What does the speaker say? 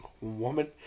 Woman